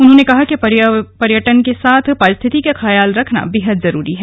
उन्होंने कहा कि पर्यटन के साथ पारिस्थितिकी का ख्याल रखना बेहद जरूरी है